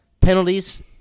Penalties